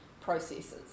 processes